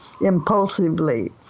impulsively